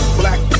black